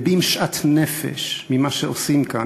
מביעים שאט-נפש ממה שעושים כאן,